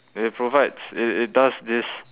it provides it it does this